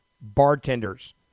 bartenders